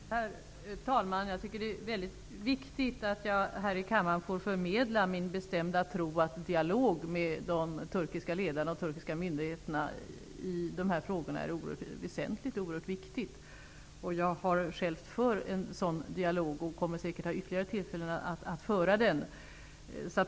Herr talman! Det är väldigt viktigt för mig att här i kammaren få förmedla min bestämda tro att en dialog med de turkiska ledarna och myndigheterna i dessa frågor har stor betydelse. Jag har själv fört en sådan dialog och kommer säkert att få flera tillfällen att föra den.